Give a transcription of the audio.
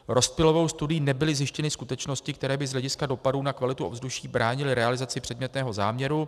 Rozptylovou studií nebyly zjištěny skutečnosti, které by z hlediska dopadů na kvalitu ovzduší bránily realizaci předmětného záměru.